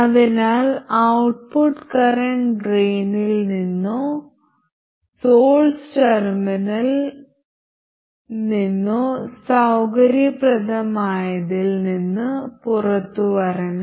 അതിനാൽ output current ഡ്രെയിനിൽ നിന്നോ സോഴ്സ് ടെർമിനലിൽ നിന്നോ സൌകര്യപ്രദമായതിൽ നിന്ന് പുറത്തുവരണം